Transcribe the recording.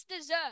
dessert